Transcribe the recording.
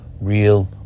real